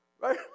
Right